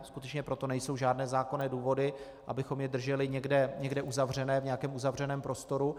Skutečně pro to nejsou žádné zákonné důvody, abychom je drželi někde uzavřené v nějakém uzavřeném prostoru.